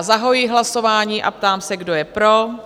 Zahajuji hlasování a ptám se, kdo je pro?